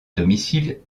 domicile